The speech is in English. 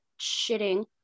shitting